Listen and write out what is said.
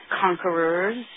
conquerors